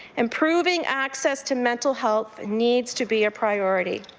improving access to mental health needs to be a priority.